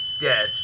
dead